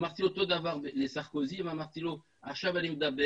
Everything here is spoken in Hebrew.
אמרתי אותו דבר לסרקוזי ואמרתי לו שעכשיו אני מדבר